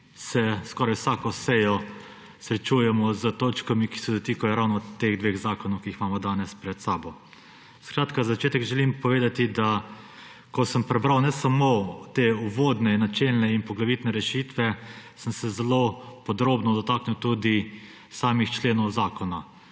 skoraj vsako sejo srečujemo s točkami, ki se dotikajo ravno teh dveh zakonov, ki ju imamo danes pred sabo. Skratka, za začetek želim povedati, da ko sem prebral ne samo te uvodne načelne in poglavitne rešitve, sem se zelo podrobno dotaknil tudi samih členov zakona.